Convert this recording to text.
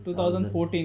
2014